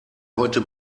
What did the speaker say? heute